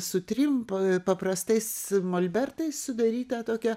su trim paprastais molbertais sudaryta tokia